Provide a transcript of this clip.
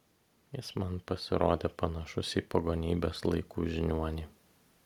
jis man pasirodė panašus į pagonybės laikų žiniuonį